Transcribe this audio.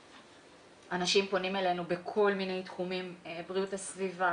אנשים פונים אלינו בכל מיני תחומים בריאות הסביבה,